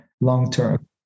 long-term